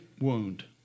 wound